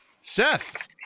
seth